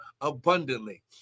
abundantly